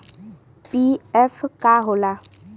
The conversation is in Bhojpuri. पी.एफ का होला?